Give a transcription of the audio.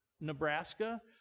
Nebraska